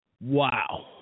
Wow